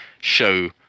show